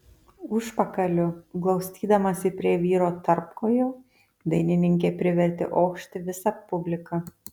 užpakaliu glaustydamasi prie vyro tarpkojo dainininkė privertė ošti visą publiką